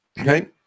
Okay